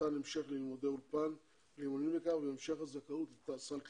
ניתן המשך ללימודי אולפן למעוניינים בכך והמשך הזכאות בסל הקליטה.